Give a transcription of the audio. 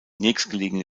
nächstgelegene